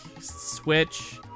Switch